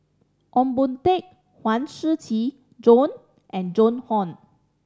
Ong Boon Tat Huang Shiqi Joan and Joan Hon